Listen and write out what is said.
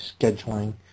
scheduling